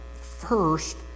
First